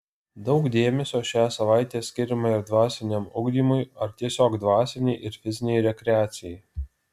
daug dėmesio šią savaitę skiriama ir dvasiniam ugdymui ar tiesiog dvasinei ir fizinei rekreacijai